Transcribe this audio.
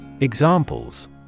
Examples